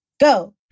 go